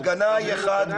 הפגנה היא לא